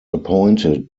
appointed